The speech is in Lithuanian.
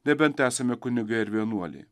nebent esame kunigai ar vienuoliai